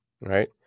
right